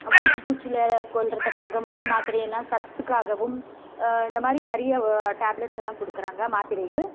வயித்து பூச்சியில கொல்கிறத்துக்காக அந்த மாத்திரையெல்லாம் சத்துக்காகவும் இந்த மாதிரி நிறைய டேப்லெட்ஸ் எல்லாம் கொடுக்குறாங்க மாத்திரைகள்